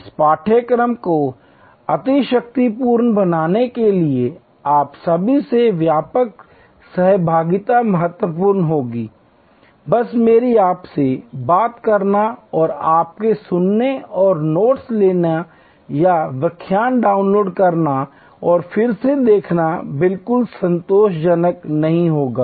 इस पाठ्यक्रम को अतिशयोक्तिपूर्ण बनाने के लिए आप सभी से व्यापक सहभागिता महत्वपूर्ण होगी बस मेरी आपसे बात करना और आपके सुनने और नोट्स लेना या व्याख्यान डाउनलोड करना और फिर से देखना बिल्कुल संतोषजनक नहीं होगा